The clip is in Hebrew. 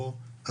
בוא,